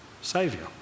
Saviour